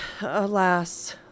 alas